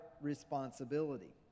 responsibility